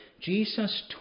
Jesus